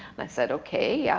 i said, ok, yeah